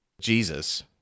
Jesus